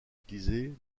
utilisé